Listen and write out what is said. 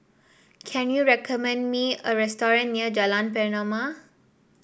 can you recommend me a restaurant near Jalan Pernama